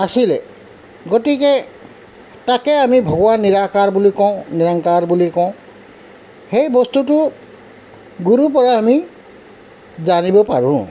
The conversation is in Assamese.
আছিলে গতিকে তাকে আমি ভগৱান নিৰাকাৰ বুলি কওঁ নিৰাংকাৰ বুলি কওঁ সেই বস্তুটো গুৰু পৰা আমি জানিব পাৰোঁ